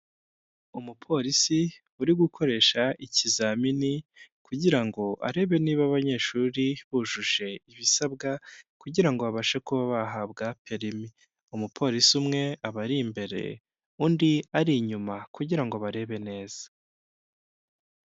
Umupolisi uri gukoresha ikizamini kugira ngo arebe niba abanyeshuri bujuje ibisabwa, kugira ngo babashe kuba bahabwa perimi, umupolisi umwe aba ari imbere undi ari inyuma kugira ngo barebe neza.